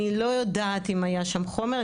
אני לא יודעת אם היה שם חומר,